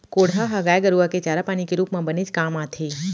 कोंढ़ा ह गाय गरूआ के चारा पानी के रूप म बनेच काम आथे